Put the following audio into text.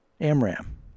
Amram